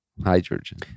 hydrogen